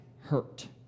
hurt